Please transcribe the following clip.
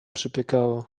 przypiekało